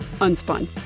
Unspun